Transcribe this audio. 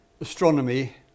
astronomy